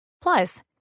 Plus